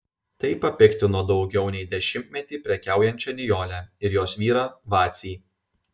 tai papiktino daugiau nei dešimtmetį prekiaujančią nijolę ir jos vyrą vacį